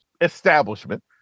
establishment